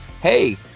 Hey